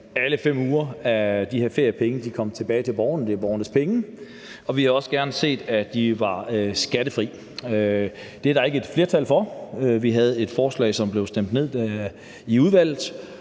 alle 5 uger af de her feriepenge kom tilbage til borgerne, det er borgernes penge, og vi havde også gerne set, at de var skattefri. Det er der ikke et flertal for. Vi havde et forslag, som blev stemt ned i udvalget,